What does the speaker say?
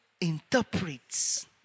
interprets